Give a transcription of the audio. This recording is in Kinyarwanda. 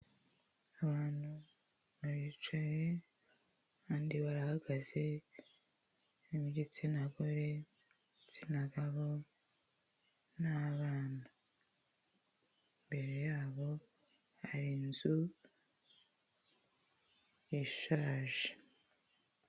Abantu baricaye, abandi barahagaze, harimo igitsina gore, igitsina gabo, n'abana, imbere y'abo hari inzu ishaje.